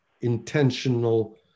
intentional